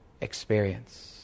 experience